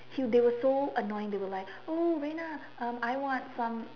dude they were so annoying they were like oh Rena um I want some